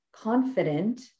confident